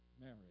Mary